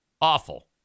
Awful